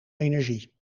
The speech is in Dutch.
energie